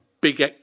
big